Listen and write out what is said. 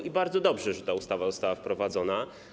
I bardzo dobrze, że ta ustawa została wprowadzona.